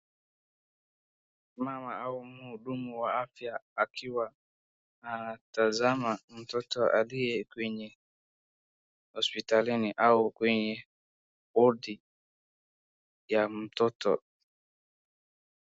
Mama au mhudumu wa afya akiwa anatazama mtoto aliye kwenye hospitalini au kwenye ward ya mtoto.